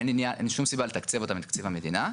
אין שום סיבה לתקצב אותה מתקציב המדינה.